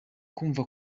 kumva